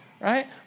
right